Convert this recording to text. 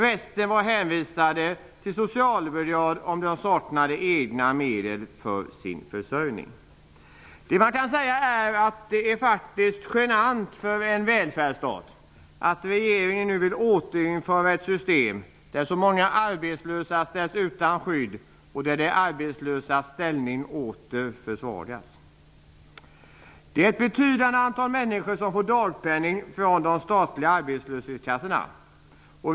Resten var hänvisade till socialbidrag om de saknade egna medel för sin försörjning. Det är faktiskt genant för en välfärdsstat att regeringen nu vill återinföra ett system där så många arbetslösa ställs utan skydd och där de arbetslösas ställning åter försvagas. Det är ett betydande antal människor som får dagpenning från de statliga arbetslöshetskassorna.